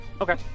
Okay